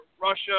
Russia